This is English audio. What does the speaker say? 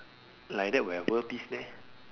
like that will have world peace meh